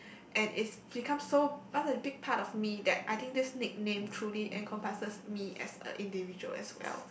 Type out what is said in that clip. and it's become so big part of me that I think this nickname truly encompasses me as a individual as well